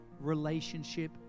relationship